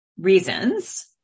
reasons